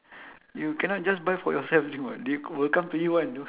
you cannot just buy for yourself drink [what] they will come to you one you know